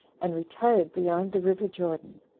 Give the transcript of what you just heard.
and retired beyond the river jordan,